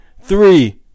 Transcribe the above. Three